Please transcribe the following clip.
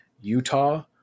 Utah